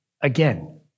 Again